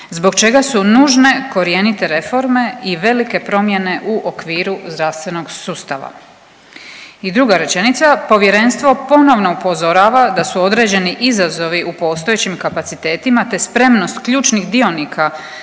zbog čega su nužne korjenite reforme i velike promjene u okviru zdravstvenog sustava. I druga rečenica povjerenstvo ponovno upozorava da su određeni izazovi u postojećim kapacitetima, te spremnost ključnih dionika